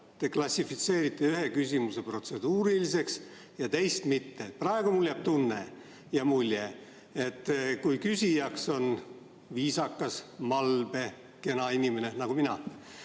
te klassifitseerite ühe küsimuse protseduuriliseks, aga teise mitte? Praegu mul jääb tunne ja mulje, et kui küsijaks on viisakas, malbe, kena inimene nagu mina,